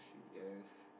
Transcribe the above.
yes